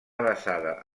basada